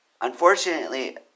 Unfortunately